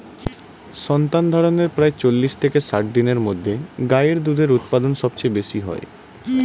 সন্তানধারণের প্রায় চল্লিশ থেকে ষাট দিনের মধ্যে গাই এর দুধের উৎপাদন সবচেয়ে বেশী হয়